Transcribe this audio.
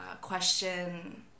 question